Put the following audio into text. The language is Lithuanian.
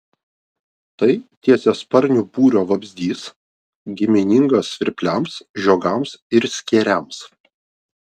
tai tiesiasparnių būrio vabzdys giminingas svirpliams žiogams ir skėriams